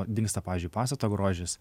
dingsta pavyzdžiui pastato grožis